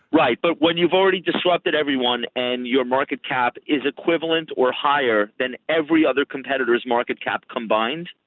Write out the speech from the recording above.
right, but when you've already disrupted everyone and your market cap is equivalent or higher than every other competitor's market cap combined,